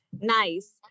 Nice